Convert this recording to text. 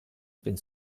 open